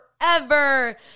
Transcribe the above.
forever